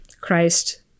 Christ